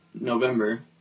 November